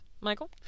Michael